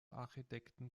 architekten